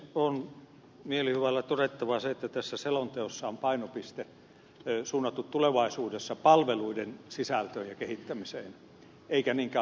on mielihyvällä todettava se että tässä selonteossa on painopiste suunnattu tulevaisuudessa palveluiden sisältöön ja kehittämiseen eikä niinkään hallintorakenteisiin